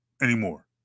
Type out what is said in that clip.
anymore